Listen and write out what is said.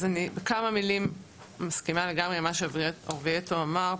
אני מסכימה לגמרי עם מה שפרופ' אורביטו אמר,